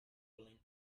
willing